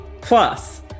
plus